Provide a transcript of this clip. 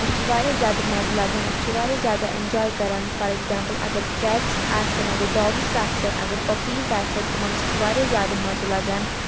أسۍ چھِ واریاہ زیادٕ مَزٕ لگان اَسہِ چھُ واریاہ زیادٕ اینجاے کران فار ایٚگزامپٕل اگر کیٹٕس آسن اگر ڈاگٕس آسن اگر پٔپیٖز آسن تِمَن سۭتۍ چھُ واریاہ زیادٕ مَزٕ لگان